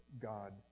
God